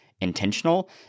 intentional